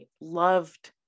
loved